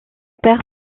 père